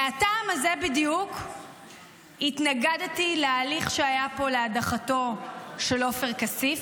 מהטעם הזה בדיוק התנגדתי להליך שהיה פה להדחתו של עופר כסיף,